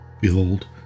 behold